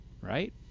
Right